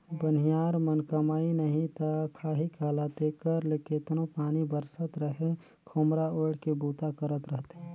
बनिहार मन कमाही नही ता खाही काला तेकर ले केतनो पानी बरसत रहें खोम्हरा ओएढ़ के बूता करत रहथे